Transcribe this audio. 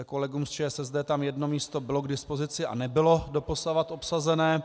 Kolegům z ČSSD tam jedno místo bylo k dispozici a nebylo doposavad obsazené.